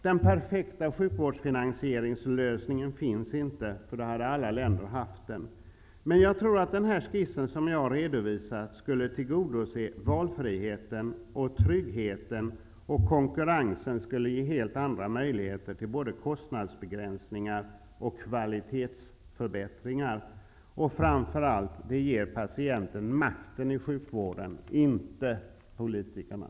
Den perfekta sjukvårdsfinansieringslösningen finns inte, för då hade alla länder haft den, men jag tror att den skiss som jag redovisat skulle tillgodose valfriheten och tryggheten. Konkurrensen skulle ge helt andra möjligheter till både kostnadsbegränsningar och kvalitetsförbättringar. Det ger framför allt patienten, och inte politikerna, makten i sjukvården.